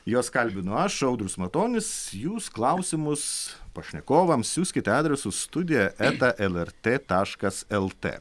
juos kalbinu aš audrius matonis jūs klausimus pašnekovams siųskite adresu studija eta lrt taškas lt